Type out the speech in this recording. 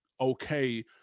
okay